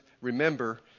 remember